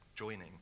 joining